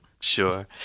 Sure